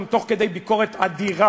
גם תוך כדי ביקורת אדירה,